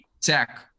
tech